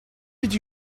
did